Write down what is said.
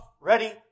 ready